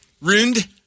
ruined